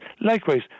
Likewise